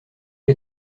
est